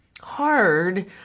hard